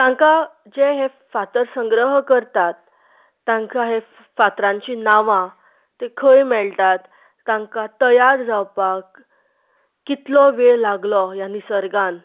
तांकां जे हे फातर संग्रह करतात तांकां ह्या फातरांची नांवां ती खंय मेळटात तांकां तयार जावपाक कितलो वेळ लागलो ह्या निसर्गांत